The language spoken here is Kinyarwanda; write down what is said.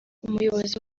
umuyobozi